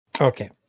Okay